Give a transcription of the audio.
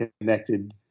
connected